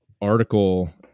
article